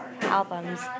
albums